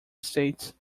states